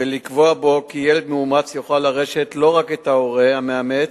ולקבוע בו כי ילד מאומץ יוכל לרשת לא רק את ההורה המאמץ,